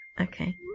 Okay